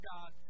God